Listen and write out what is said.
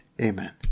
Amen